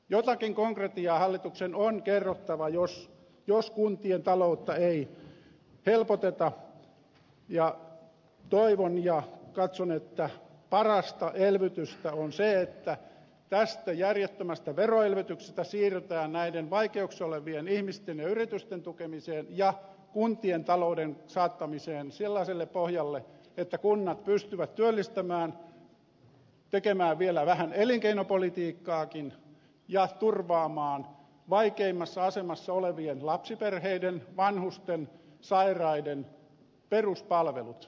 jotakin konkretiaa hallituksen on kerrottava jos kuntien taloutta ei helpoteta ja toivon ja katson että parasta elvytystä on se että tästä järjettömästä veroelvytyksestä siirrytään näiden vaikeuksissa olevien ihmisten ja yritysten tukemiseen ja kuntien talouden saattamiseen sellaiselle pohjalle että kunnat pystyvät työllistämään tekemään vielä vähän elinkeinopolitiikkaakin ja turvaamaan vaikeimmassa asemassa olevien lapsiperheiden vanhusten sairaiden peruspalvelut